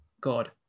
God